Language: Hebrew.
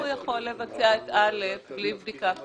איך הוא יכול לבצע את האמור בתקנת משנה (א) בלי בדיקה פיזית?